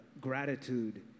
gratitude